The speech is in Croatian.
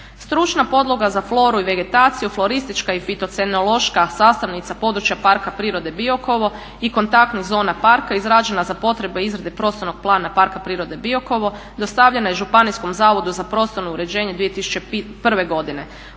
Stručna podloga za floru i vegetaciju, floristička i fitocenološka sastavnica područja Parka prirode Biokovo i kontaktna zona parka izrađena za potrebe izrade Prostornog plana Parka prirode Biokovo dostavljena je Županijskom zavodu za prostorno uređenje 2001. godine.